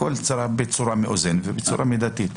הכול בצורה מאוזנת ובצורה מידתית.